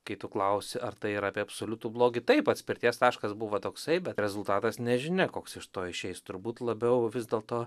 kai tu klausi ar tai yra apie absoliutų blogį taip atspirties taškas buvo toksai bet rezultatas nežinia koks iš to išeis turbūt labiau vis dėlto